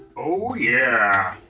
oh, yeah.